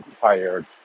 tired